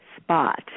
spot